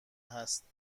هست